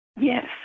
Yes